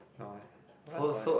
no what about it